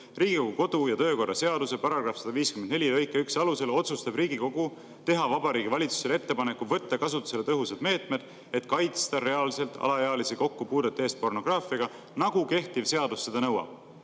"Riigikogu kodu- ja töökorra seaduse § 154 lõike 1 alusel otsustab Riigikogu teha Vabariigi Valitsusele ettepaneku võtta kasutusele tõhusad meetmed, et kaitsta reaalselt alaealisi kokkupuudete eest pornograafiaga, nagu kehtiv seadus seda nõuab."